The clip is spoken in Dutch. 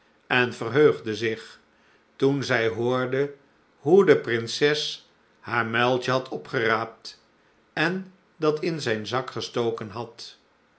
en verheugde zich toen zij hoorde hoe de prins haar muiltje had opgeraapt en dat in zijn zak gestoken had